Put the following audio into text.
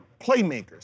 playmakers